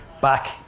back